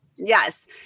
Yes